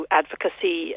advocacy